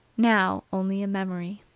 now only a memory.